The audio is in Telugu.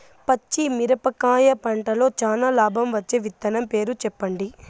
పచ్చిమిరపకాయ పంటలో చానా లాభం వచ్చే విత్తనం పేరు చెప్పండి?